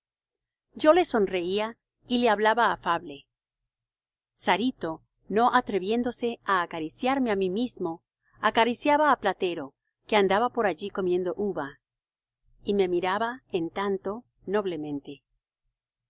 yo le sonreía y le hablaba afable sarito no atreviéndose á acariciarme á mí mismo acariciaba á platero que andaba por allí comiendo uva y me miraba en tanto noblemente